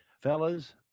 fellas